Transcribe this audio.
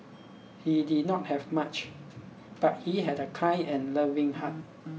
he did not have much but he had a kind and loving heart